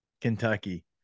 Kentucky